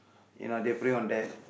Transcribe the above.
you know they pray on them